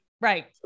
right